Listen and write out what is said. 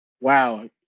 wow